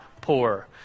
Poor